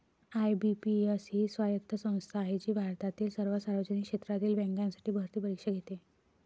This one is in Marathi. आय.बी.पी.एस ही स्वायत्त संस्था आहे जी भारतातील सर्व सार्वजनिक क्षेत्रातील बँकांसाठी भरती परीक्षा घेते